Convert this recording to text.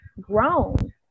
grown